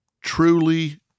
truly